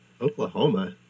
Oklahoma